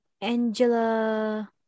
Angela